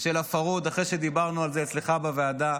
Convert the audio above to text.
של הפרהוד, אחרי שדיברנו על זה אצלך בוועדה.